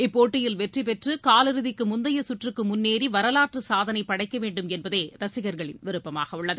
இப்போட்டியில் வெற்றி பெற்று காலிறுதிக்கு முந்தையச் சுற்றுக்கு முன்னேறி வரலாற்றுச் சாதனை படைக்க வேண்டும் என்பதே ரசிகர்களின் விருப்பமாக உள்ளது